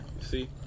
see